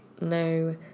no